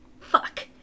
Fuck